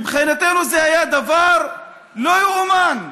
מבחינתנו זה היה דבר שלא ייאמן,